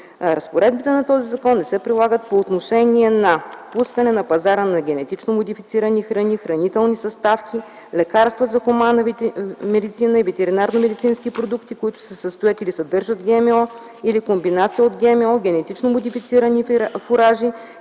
разпоредбите на този закон не се прилагат по отношение на пускане на пазара на генетично модифицирани храни, хранителни съставки, лекарства за хуманната медицина и ветеринарно-медицински продукти, които се състоят или съдържат ГМО, или комбинация от ГМО, генетично модифицирани фуражи